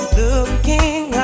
looking